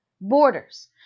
borders